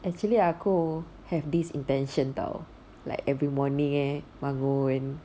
actually aku have this intention [tau] like every morning bangun